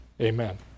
Amen